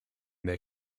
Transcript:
their